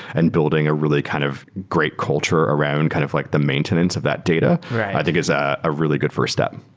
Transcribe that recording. and building a really kind of great culture around kind of like the maintenance of that i think is ah a really good first step.